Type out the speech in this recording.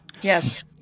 Yes